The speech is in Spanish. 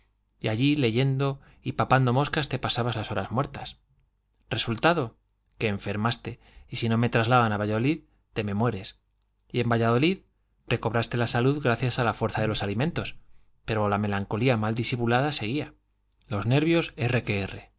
y allí leyendo y papando moscas te pasabas las horas muertas resultado que enfermaste y si no me trasladan a valladolid te me mueres y en valladolid recobraste la salud gracias a la fuerza de los alimentos pero la melancolía mal disimulada seguía los nervios erre